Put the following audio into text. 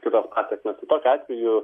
kitos pasekmės tai tokiu atveju